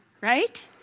right